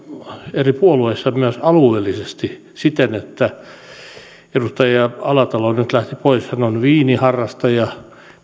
eri puolueissa myös alueellisesti edustaja alatalo nyt lähti pois hän on viiniharrastaja